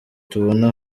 tubona